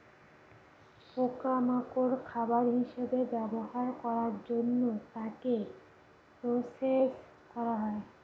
পোকা মাকড় খাবার হিসেবে ব্যবহার করার জন্য তাকে প্রসেস করা হয়